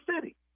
city